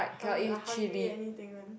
hungr~ hungry anything one